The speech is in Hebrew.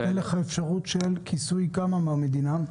זה נותן לך אפשרות של כיסוי כמה מהמדינה?